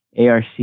ARC